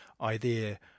idea